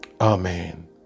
Amen